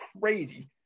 crazy